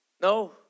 No